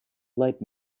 light